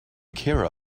care